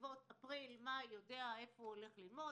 בסביבות אפריל מאי יודע איפה הוא הולך ללמוד,